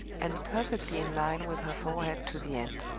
and perfectly in line with her forehead to the end.